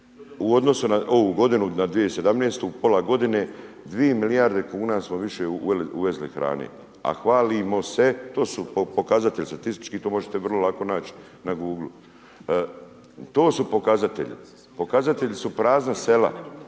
u odnosu na ovu godinu na 2017. pola godine 2 milijarde kuna smo više uvezli hrane. A hvalimo se, to su pokazatelji statistički, to možete vrlo lako naći na google, to su pokazatelji. Pokazatelji su prazna sela.